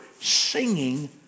singing